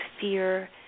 fear